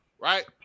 Right